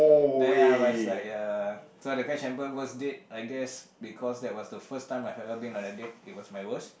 when I was like ya so the crash and burn worst date I guess because that was the first time I've ever been on a date it was my worst